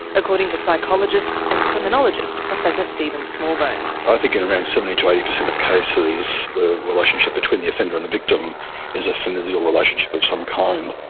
according to psychologist and criminologist professor stephen smallbone. i think in around seventy percent to eighty percent of cases the relationship between the offender and the victim is a familial relationship of some kind.